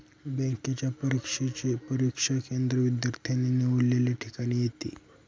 बँकेच्या परीक्षेचे परीक्षा केंद्र विद्यार्थ्याने निवडलेल्या ठिकाणी येते